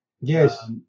yes